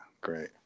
great